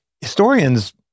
historians